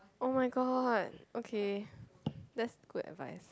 [oh]-my-god okay that's good advice